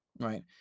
Right